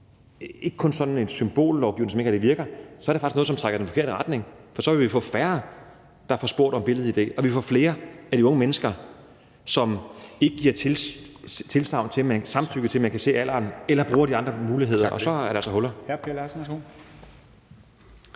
ikke bare sådan en symbollovgivning, som ikke rigtig virker. Så vil det faktisk være noget, som trækker i den forkerte retning, for så vil der være færre, der bliver spurgt om billed-id, og flere af de unge mennesker, som ikke giver samtykke til, at man kan se deres alder, eller som bruger de andre muligheder, og så er der altså huller.